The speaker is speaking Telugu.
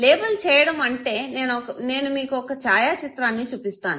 లేబిల్ చేయడము అంటే నేను మీకు ఒక ఛాయా చిత్రాన్ని చూపిస్తాను